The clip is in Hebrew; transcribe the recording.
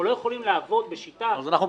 אנחנו לא יכולים לעבוד בשיטה --- אז אנחנו